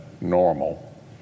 normal